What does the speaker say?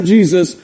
Jesus